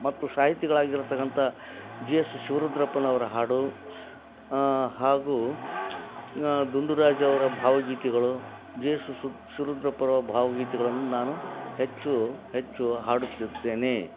ಮತ್ತು ಸಾಹಿತಿಗಳಾಗಿರ್ತಕ್ಕಂಥ G S ಶಿವರುದ್ರಪ್ಪನವರ ಹಾಡು ಹಾಗೂ ದುಂಡುರಾಜ್ ಅವರ ಭಾವಗೀತೆಗಳು ಜಿ ಎಸ್ ಎಸ್ ಶಿವರುದ್ರಪ್ಪರವರ ಭಾವಗೀತೆಗಳನ್ನು ನಾನು ಹೆಚ್ಚು ಹೆಚ್ಚು ಹಾಡುತ್ತಿರುತ್ತೇನೆ